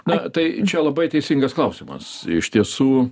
na tai čia labai teisingas klausimas iš tiesų